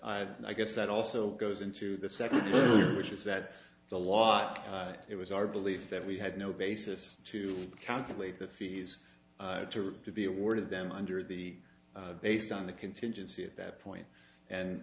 i guess that also goes into the second which is that a lot of it was our belief that we had no basis to calculate the fees to be awarded them under the based on the contingency at that point and